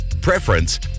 preference